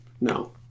No